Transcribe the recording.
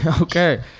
Okay